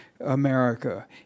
America